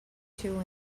two